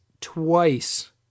twice